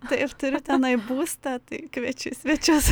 taip turiu tenai būstą tai kviečiu į svečius